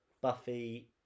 Buffy